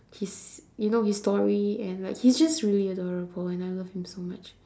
his you know his story and like he's just really adorable and I love him so much